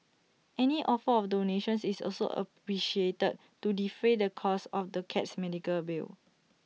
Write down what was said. any offer of donations is also appreciated to defray the costs of the cat's medical bill